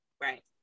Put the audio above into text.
right